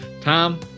Tom